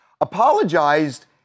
Apologized